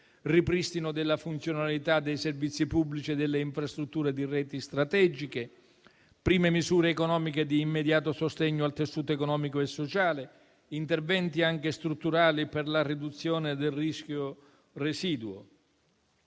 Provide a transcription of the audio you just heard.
ripristino della funzionalità dei servizi pubblici e delle infrastrutture di reti strategiche, prime misure economiche di immediato sostegno al tessuto economico e sociale, interventi anche strutturali per la riduzione del rischio residuo.